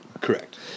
Correct